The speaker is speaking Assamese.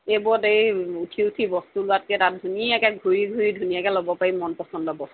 এইবোৰত এই উঠি উঠি বস্তু লোৱাতকৈ তাত ধুনীয়াকৈ ঘূৰি ঘূৰি ধুনীয়াকৈ ল'ব পাৰি মন পচন্দৰ বস্তু